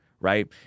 Right